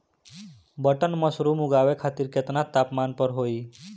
Button mushroom उगावे खातिर केतना तापमान पर होई?